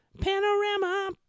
Panorama